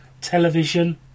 Television